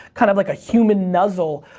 kind of like a human nuzzel,